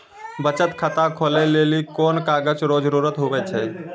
बचत खाता खोलै लेली कोन कागज रो जरुरत हुवै छै?